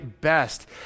best